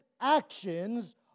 actions